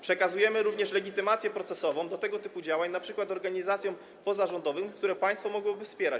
Przekazujemy również legitymację procesową do tego typu działań np. organizacjom pozarządowym, które państwo mogłoby wspierać.